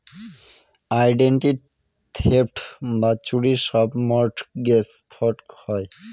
identity theft বা চুরির সব মর্টগেজ ফ্রড হয়